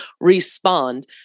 respond